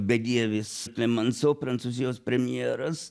bedievis plemanso prancūzijos premjeras